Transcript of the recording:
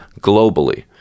globally